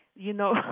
you know.